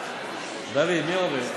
דוד, מי עולה?